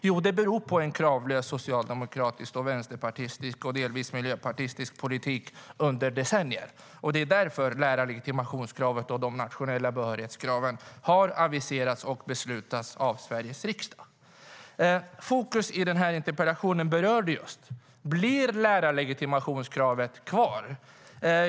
Jo, det beror på en kravlös socialdemokratisk, vänsterpartistisk och delvis miljöpartistisk politik under decennier, och det är därför lärarlegitimationskravet och de nationella behörighetskraven har aviserats och beslutats av Sveriges riksdag. Fokus i den här interpellationen berörde just detta: Blir lärarlegitimationskravet kvar?